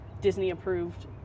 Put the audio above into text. Disney-approved